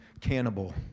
cannibal